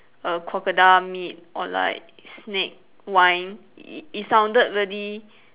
err crocodile meat or like snake wine it it sounded really